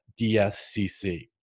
DSCC